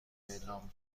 اعلام